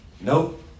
Nope